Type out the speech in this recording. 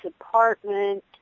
apartment